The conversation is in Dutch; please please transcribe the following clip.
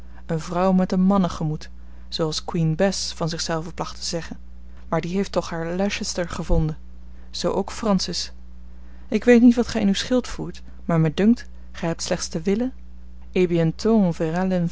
eene vrouw eene vrouw met een mannengemoed zooals queen bess van zich zelve placht te zeggen maar die heeft toch haar leycester gevonden zoo ook francis ik weet niet wat gij in uw schild voert maar mij dunkt gij hebt slechts te willen